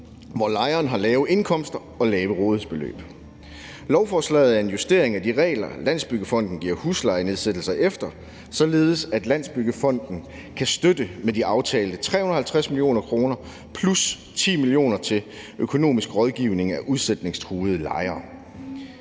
hvor lejerne har lave indkomster og lave rådighedsbeløb. Lovforslaget er en justering af de regler, som Landsbyggefonden giver huslejenedsættelser efter, således at Landsbyggefonden kan støtte med de aftalte 350 mio. kr. plus 10 mio. kr. til økonomisk rådgivning af udsætningstruede lejere.